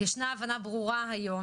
ישנה הבנה ברורה היום,